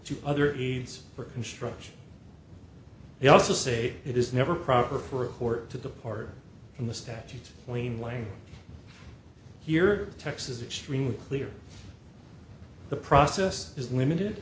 to other events or construction they also say it is never proper for a court to depart from the statute clean way here texas extremely clear the process is limited